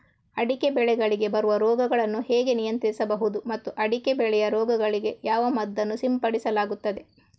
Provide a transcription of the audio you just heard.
ಅಡಿಕೆ ಬೆಳೆಗಳಿಗೆ ಬರುವ ರೋಗಗಳನ್ನು ಹೇಗೆ ನಿಯಂತ್ರಿಸಬಹುದು ಮತ್ತು ಅಡಿಕೆ ಬೆಳೆಯ ರೋಗಗಳಿಗೆ ಯಾವ ಮದ್ದನ್ನು ಸಿಂಪಡಿಸಲಾಗುತ್ತದೆ?